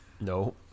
No